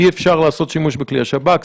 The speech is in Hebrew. אי-אפשר לעשות שימוש בכלי השב"כ.